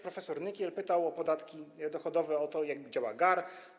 Prof. Nykiel zapytał o podatki dochodowe, o to, jak działa GAAR.